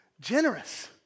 generous